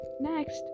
next